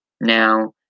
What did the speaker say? now